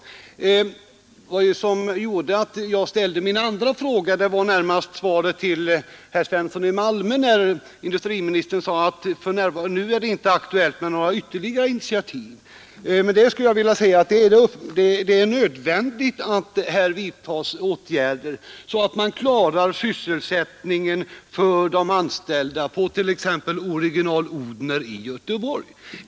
de företag Vad som emellertid gjorde att jag ställde min andra fråga var närmast svaret till herr Svensson i Malmö, i vilket industriministern sade att det nu inte är aktuellt med några ytterligare initiativ. Jag vill säga att det är nödvändigt att vidta åtgärder för att klara sysselsättningen för de anställda vid Original-Odhner i Göteborg.